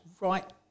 right